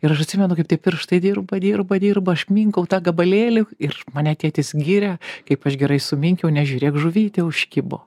ir aš atsimenu kaip tie pirštai dirba dirba dirba aš minkau tą gabalėlį ir mane tėtis giria kaip aš gerai suminkiau nežiūrėk žuvytė užkibo